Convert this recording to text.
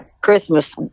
Christmas